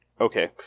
Okay